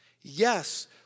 Yes